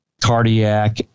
cardiac